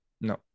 No